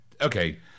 Okay